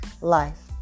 life